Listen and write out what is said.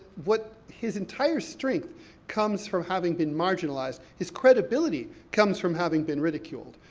what his entire strength comes from having been marginalized. his credibility comes from having been ridiculed.